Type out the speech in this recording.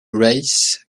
race